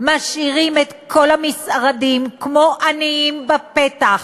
משאירים את כל המשרדים כמו עניים בפתח,